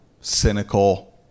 cynical